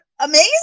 amazing